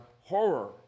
horror